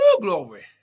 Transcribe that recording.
glory